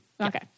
Okay